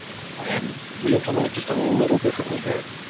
and we implement it just a little differently here.